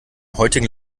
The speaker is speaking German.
heutigen